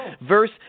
Verse